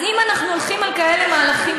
אז אם אנחנו הולכים על כאלה מהלכים,